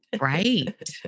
Right